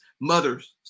mothers